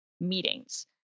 meetings